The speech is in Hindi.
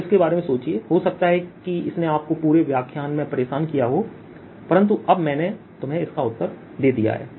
आप इसके बारे में सोचिए हो सकता है कि इसने आपको पूरे व्याख्यान में परेशान किया हो परन्तु अब मैंने तुम्हें इसका उत्तर दे दिया है